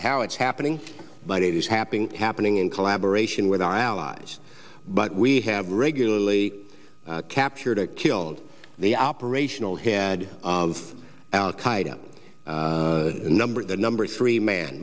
how it's happening but it is happening happening in collaboration with our allies but we have regularly captured or killed the operational had al qaeda number the number three man